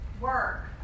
work